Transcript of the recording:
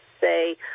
say